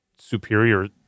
superior